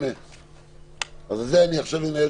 אנחנו מדברים על